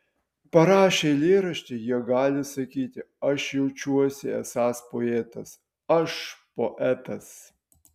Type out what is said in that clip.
parašę eilėraštį jie gali sakyti aš jaučiuosi esąs poetas aš poetas